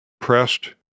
Pressed